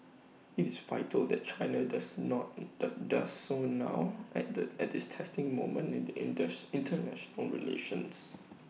IT is vital that China does not does does so now at the at this testing moment in the in does International relations